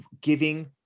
giving